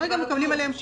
כרגע מקבלים עליהם שיפוי.